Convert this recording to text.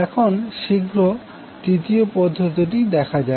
এখন শীঘ্র তৃতীয় পদ্ধতিটি দেখা যাক